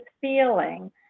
feeling